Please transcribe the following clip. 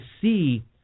see